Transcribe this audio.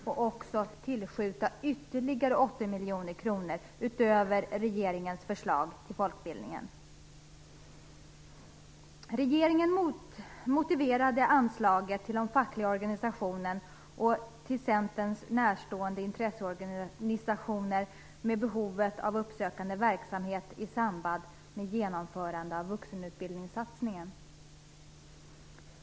Dessutom ville vi tillskjuta ytterligare 80 miljoner kronor, utöver regeringens förslag, till folkbildningen. Regeringen motiverade anslaget till de fackliga organisationerna och till de till Centern närstående intresseorganisationerna med behovet av uppsökande verksamhet i samband med genomförande av vuxenutbildningssatsningen.